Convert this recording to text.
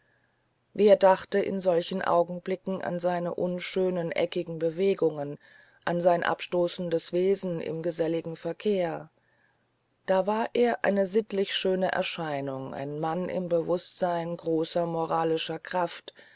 wer dachte in solchen augenblicken an seine unschönen eckigen bewegungen an sein abstoßendes wesen im geselligen verkehr da war er eine sittlich schöne erscheinung ein mann im bewußtsein großer moralischer kraft